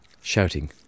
shouting